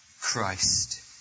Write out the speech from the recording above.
Christ